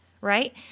Right